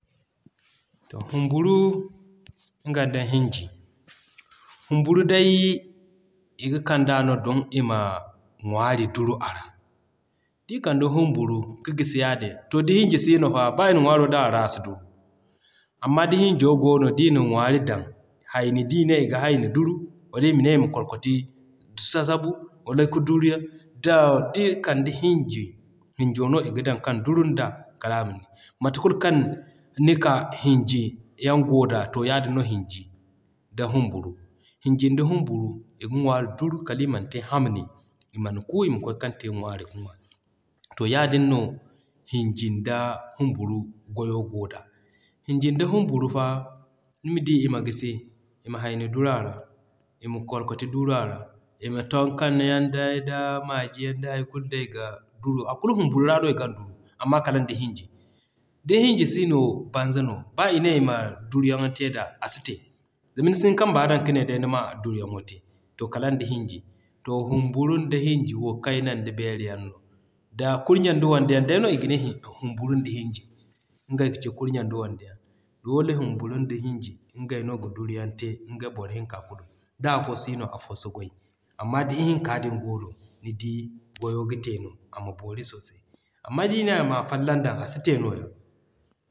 Humburuu nga nda Hinji. Humburuu day i ga kand'a no don ima ŋwaari duru a ra. D'i kanda Humburuu ka gisi yaadin, to da Hinji siino fa b'a ina ŋwaaro dan a ra,a si duru. Amma da Hinjo goono da ina ŋwaari dan, Hayni d'i ne iga Hayni duru, wala ima ne ima Kolkati sasabu, wala ka duru yaŋ da d'i kanda Hinji, Hinjo no i ga dan kan duru nda kala ma nini. Mate kulu kaŋ nika Hinji yaŋ goo da to yaadin no Hinji da Humburuu. Hinji da Humburuu i ga ŋwaari duru kala iman te hamni, iman ku ima kwaay kaŋ te ŋwaari ga ŋwa. To yaadin no Hinji da Humburuu goyo goo da. Hinji da Humburuu faa nima di iman gisi, ima Hayni duru a ra ima Kolkati duru a ra, tonko yaŋ day da maaji yaŋ da hay kulu day ga duru a kulu Humburo ra no i gan duru amma kala nda Hinji. Da Hinji siino, banza no b'a i ne ima duru yaŋo te da a si te. Zama ni sin kamba dan ga ne nima duruyaŋo te. To kalaŋ da Hinji. To Humburuu nda Hinji wo kayne nda Bere yaŋ no. Da Kurɲe nda wande day no iga ne Humburuu nda Hinji, ngey kaci kurɲe nda Wandeyaŋ da Hinji ngey no ga duru yaŋ te ngey boro hinka kulu. D'a fo siino, afo si gway. Amma da i hinka din goono nidi goyo ga te no ama boori sosai. Amma d'i ne ama a folloŋ danno, a si te.